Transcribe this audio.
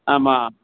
ஆமாம்